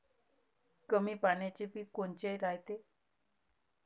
कमी पाण्याचे पीक कोनचे रायते?